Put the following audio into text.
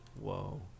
Whoa